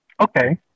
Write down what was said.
Okay